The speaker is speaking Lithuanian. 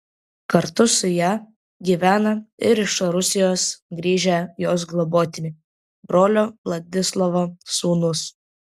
kartu su ja gyvena ir iš rusijos grįžę jos globotiniai brolio vladislovo sūnūs